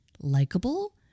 likable